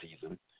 season